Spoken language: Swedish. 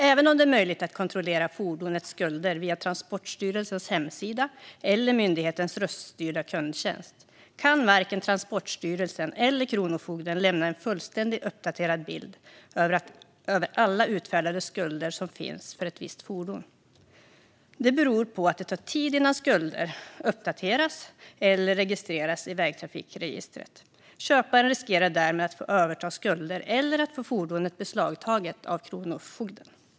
Även om det är möjligt att kontrollera fordonets skulder via Transportstyrelsens hemsida eller myndighetens röststyrda kundtjänst kan varken Transportstyrelsen eller Kronofogden lämna en fullständigt uppdaterad bild över alla utfärdade skulder som finns för ett visst fordon. Detta beror på att det tar tid innan skulder uppdateras eller registreras i vägtrafikregistret. Köparen riskerar därmed att få överta skulder eller att få fordonet beslagtaget av Kronofogden.